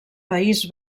país